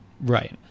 Right